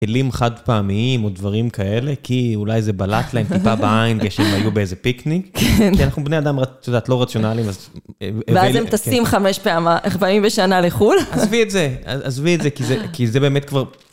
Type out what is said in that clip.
כלים חד פעמיים או דברים כאלה, כי אולי זה בלט להם טיפה בעין, כשהם היו באיזה פיקניק. כן. כי אנחנו בני אדם, את יודעת, לא רציונליים, אז... ואז הם טסים חמש פעמים בשנה לחול. עזבי את זה, עזבי את זה, כי זה באמת כבר...